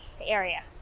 area